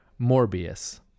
Morbius